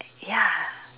ya